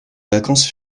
vacances